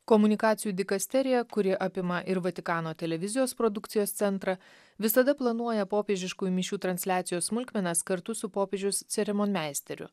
komunikacijų dikasterija kuri apima ir vatikano televizijos produkcijos centrą visada planuoja popiežiškųjų mišių transliacijos smulkmenas kartu su popiežius cerimonmeisteriu